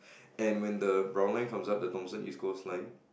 and when the brown line comes up the Thomson East Coast line